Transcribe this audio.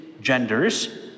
genders